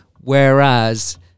Whereas